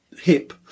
hip